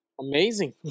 Amazing